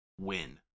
win